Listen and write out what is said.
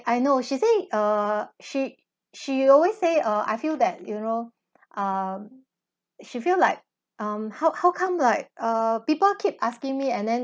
I know she say err she she always say err I feel that you know um she feel like um how how come like err people keep asking me and then